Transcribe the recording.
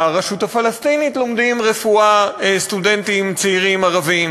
ברשות הפלסטינית לומדים רפואה סטודנטים צעירים ערבים,